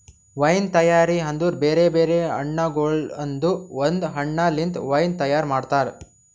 wine ತೈಯಾರಿ ಅಂದುರ್ ಬೇರೆ ಬೇರೆ ಹಣ್ಣಗೊಳ್ದಾಂದು ಒಂದ್ ಹಣ್ಣ ಲಿಂತ್ ವೈನ್ ತೈಯಾರ್ ಮಾಡ್ತಾರ್